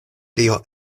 tio